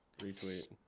Retweet